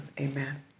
Amen